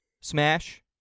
smash